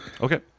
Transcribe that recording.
Okay